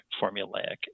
formulaic